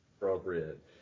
Appropriate